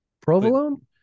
provolone